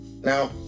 Now